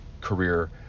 career